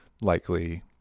likely